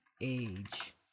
age